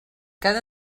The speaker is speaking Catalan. cada